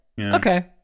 Okay